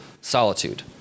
solitude